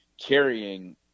carrying